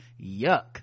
Yuck